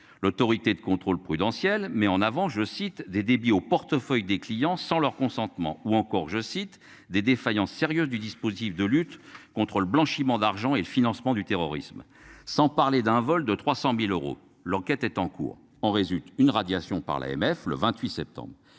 L'autorité de contrôle prudentiel met en avant je cite des débits au portefeuille des clients sans leur consentement ou encore je cite des défaillances sérieuses du dispositif de lutte contre le blanchiment d'argent et le financement du terrorisme. Sans parler d'un vol de 300.000 euros. L'enquête est en cours. En résulte une radiation par l'AMF le 28 septembre.